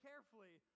carefully